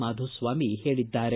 ಮಾಧುಸ್ವಾಮಿ ಹೇಳಿದ್ದಾರೆ